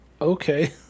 okay